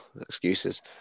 Excuses